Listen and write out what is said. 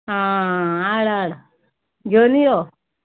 आं हाड हाड घेवन यो